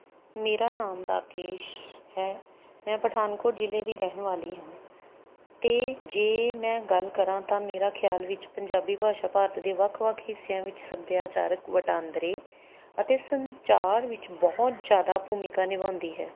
ਮੇਰਾ ਨਾਮ ਰਾਕੇਸ਼ ਹੈ ਮੈਂ ਪਠਾਨਕੋਟ ਜ਼ਿਲ੍ਹੇ ਦੀ ਰਹਿਣ ਵਾਲੀ ਹਾਂ ਅਤੇ ਜੇ ਮੈਂ ਗੱਲ ਕਰਾਂ ਤਾਂ ਮੇਰੇ ਖਿਆਲ ਵਿੱਚ ਪੰਜਾਬੀ ਭਾਸ਼ਾ ਭਾਰਤ ਦੇ ਵੱਖ ਵੱਖ ਹਿੱਸਿਆਂ ਵਿੱਚ ਸੱਭਿਆਚਾਰਕ ਵਟਾਂਦਰੇ ਅਤੇ ਸੰਚਾਰ ਵਿੱਚ ਬਹੁਤ ਜ਼ਿਆਦਾ ਭੂਮਿਕਾ ਨਿਭਾਉਂਦੀ ਹੈ